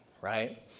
right